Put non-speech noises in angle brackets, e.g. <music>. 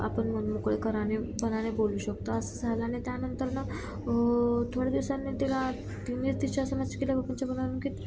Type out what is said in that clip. आपण मनमोकळे कराने पणाने बोलू शकतो असं झालं आणि त्यानंतरनं थोड्या दिवसांनी तिला तिने तिच्या असं <unintelligible> की